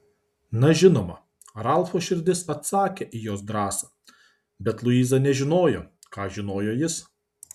na žinoma ralfo širdis atsakė į jos drąsą bet luiza nežinojo ką žinojo jis